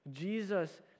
Jesus